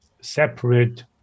separate